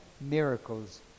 miracles